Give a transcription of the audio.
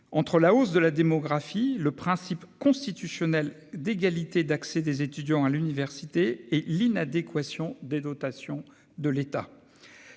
entre la hausse de la démographie, le principe constitutionnel d'égalité d'accès des étudiants à l'université et l'inadéquation des dotations de l'État.